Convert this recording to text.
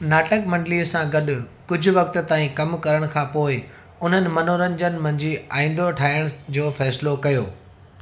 नाटक मंडलीअ सां गॾु कुझु वक़्त ताईं कम करण खां पोइ उन्हनि मनोरंजन मंझि आईंदो ठाहिण जो फ़ैसिलो कयो